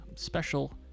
Special